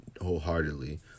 wholeheartedly